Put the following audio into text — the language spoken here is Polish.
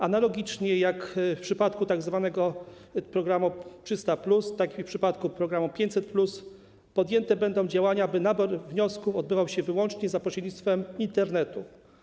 Analogicznie jak w przypadku tzw. programu 300+, tak jak w przypadku programu 500+ podjęte będą działania, by nabór wniosków odbywał się wyłącznie za pośrednictwem Internetu.